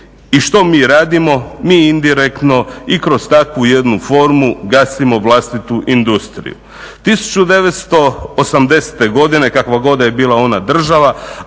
I što mi radimo? Mi indirektno i kroz takvu jednu formu gasimo vlastitu industriju. 1980. godine kakva god da je bila ona država